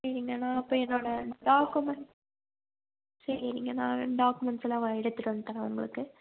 சரிங்க நான் அப்போ என்னோடய டாக்குமெண்ட் சரிங்க நான் டாக்குமெண்ட்ஸ்ஸெல்லாம் வ எடுத்துகிட்டு வந்து தரேன் உங்களுக்கு